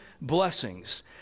blessings